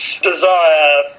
Desire